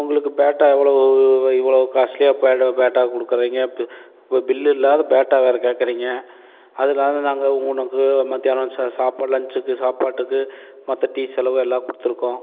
உங்களுக்கு பேட்டா எவ்வளவு இவ் இவ்வளோ காஸ்ட்லீயாக பேட்டா பேட்டா கொடுக்குறாய்ங்க ப்ப பில்லு இல்லாது பேட்டா வேறு கேட்குறிங்க அது இல்லாது நாங்கள் உனக்கு மத்தியானம் சா சாப்பாடு லஞ்ச்சுக்கு சாப்பாட்டுக்கு மற்ற டீ செலவு எல்லாம் கொடுத்துருக்கோம்